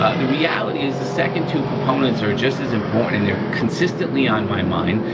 ah the reality is the second two components are just as important and they're consistently on my mind,